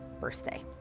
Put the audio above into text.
birthday